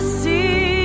see